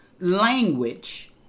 language